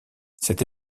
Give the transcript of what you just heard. cette